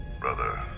Brother